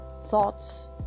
thoughts